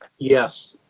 yes.